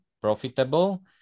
profitable